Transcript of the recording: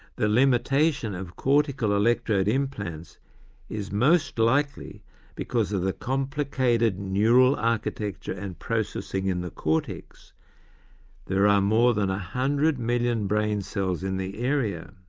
the limitation of cortical electrode implants is most likely because of the complicated neural architecture and processing in the cortex there are more than a one hundred million brain cells in the area.